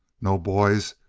no, boys,